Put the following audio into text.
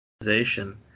organization